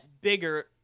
bigger